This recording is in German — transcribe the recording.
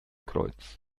kreuz